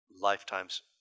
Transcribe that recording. lifetimes